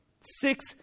Six